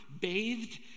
bathed